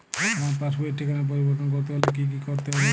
আমার পাসবই র ঠিকানা পরিবর্তন করতে হলে কী করতে হবে?